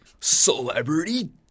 Celebrity